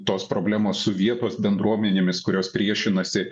tos problemos su vietos bendruomenėmis kurios priešinasi